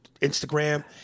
Instagram